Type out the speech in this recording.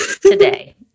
Today